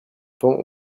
vent